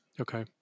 Okay